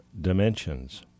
dimensions